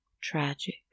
Tragic